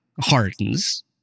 hardens